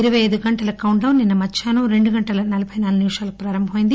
ఇరవై అయిదు గంటల కౌంట్లాస్ నిన్న మధ్యాహ్పం రెండు గంటల నలబై నాలుగు నిమిషాలకు ప్రారంభమైంది